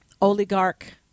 oligarch